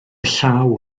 llaw